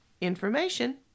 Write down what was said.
Information